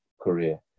career